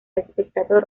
espectador